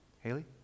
Haley